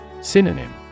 Synonym